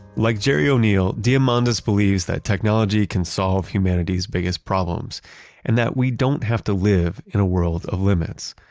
like gerry o'neill, diamandis believes that technology can solve humanity's biggest problems and that we don't have to live in a world of limits.